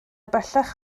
bellach